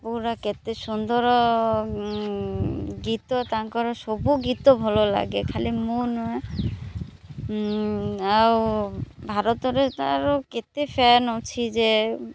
ପୁରା କେତେ ସୁନ୍ଦର ଗୀତ ତାଙ୍କର ସବୁ ଗୀତ ଭଲ ଲାଗେ ଖାଲି ମୁଁ ନୁହେଁ ଆଉ ଭାରତରେ ତାର କେତେ ଫ୍ୟାନ୍ ଅଛି ଯେ